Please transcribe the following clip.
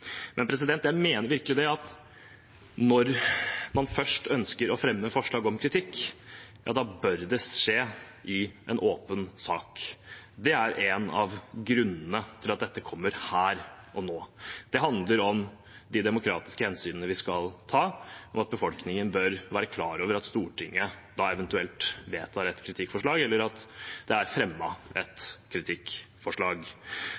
en åpen sak. Det er en av grunnene til at dette kommer her og nå. Det handler om de demokratiske hensynene vi skal ta, og om at befolkningen bør være klar over at Stortinget da eventuelt vedtar et kritikkforslag, eller at det er